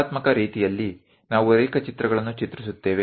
ಕಲಾತ್ಮಕ ರೀತಿಯಲ್ಲಿ ನಾವು ರೇಖಾಚಿತ್ರಗಳನ್ನು ಚಿತ್ರಿಸುತ್ತೇವೆ